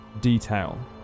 detail